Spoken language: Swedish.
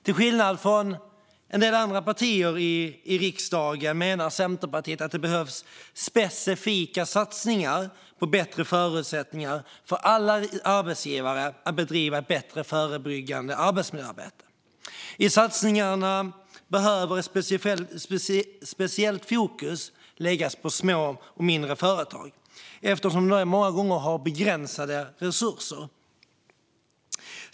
Till skillnad från riksdagens andra partier menar Centerpartiet att det behövs specifika satsningar på bättre förutsättningar för alla arbetsgivare att bedriva ett bättre förebyggande arbetsmiljöarbete. I satsningarna behöver ett speciellt fokus läggas på små och mindre företag, eftersom de många gånger har begränsade resurser.